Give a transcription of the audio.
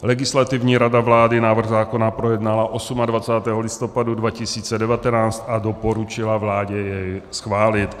Legislativní rada vlády návrh zákona projednala 28. listopadu 2019 a doporučila vládě jej schválit.